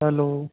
hello